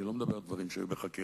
אני לא מדבר על דברים שהיו בחקירה,